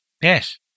Yes